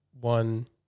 one